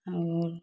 और